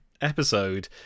episode